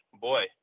boy